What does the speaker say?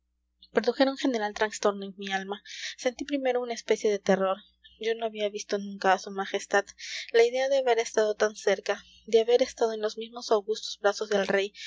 produjeron general trastorno en mi alma sentí primero una especie de terror yo no había visto nunca a su majestad la idea de haber estado tan cerca de haber estado en los mismos augustos brazos del rey